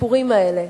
שהסיפורים האלה,